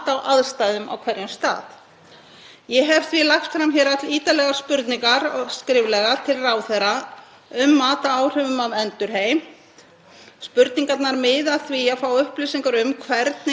Spurningarnar miða að því að fá upplýsingar um hvernig lagt sé mat á hvort endurheimt á tilteknu svæði sé líkleg til að draga úr losun kolefnis og/eða auka bindinguna.